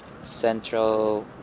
central